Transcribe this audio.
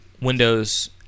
Windows